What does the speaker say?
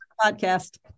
podcast